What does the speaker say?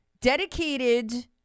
dedicated